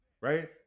right